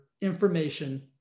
information